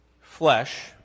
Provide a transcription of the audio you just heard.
flesh